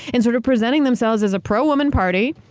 in sort of presenting themselves as a pro-woman party,